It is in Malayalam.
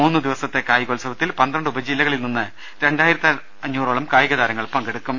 മൂന്നുദിവസത്തെ കായികോത്സവത്തിൽ പന്ത്രണ്ട് ഉപജില്ലുകളിൽനിന്ന് രണ്ടായിരത്തഞ്ഞൂറോളം കായികതാരങ്ങൾ പങ്കെടുക്കും